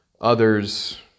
Others